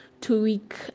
two-week